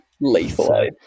Lethal